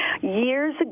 Years